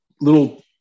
little